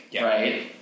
right